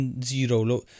Zero